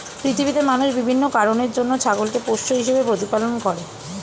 পৃথিবীতে মানুষ বিভিন্ন কারণের জন্য ছাগলকে পোষ্য হিসেবে প্রতিপালন করে